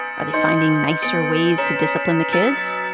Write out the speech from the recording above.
are they finding nicer ways to discipline the kids?